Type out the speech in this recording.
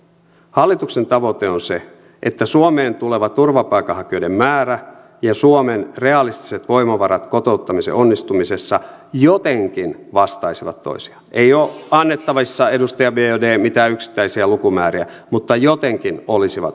hallituksen tavoite on se että suomeen tulevien turvapaikanhakijoiden määrä ja suomen realistiset voimavarat kotouttamisen onnistumisessa jotenkin vastaisivat toisiaan ei ole annettavissa edustaja biaudet mitään yksittäisiä lukumääriä eli jotenkin olisivat samalla kartalla